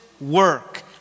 work